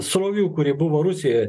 srovių kuri buvo rusijoj